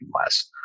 less